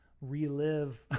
relive